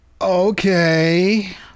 Okay